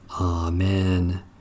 Amen